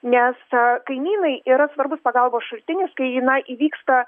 nes a kaimynai yra svarbus pagalbos šaltinis kai na įvyksta